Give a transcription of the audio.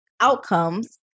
outcomes